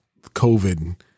COVID